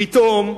פתאום,